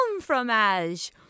fromage